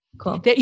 Cool